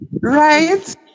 Right